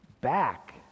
back